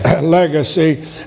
legacy